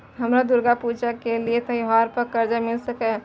हमरा दुर्गा पूजा के लिए त्योहार पर कर्जा मिल सकय?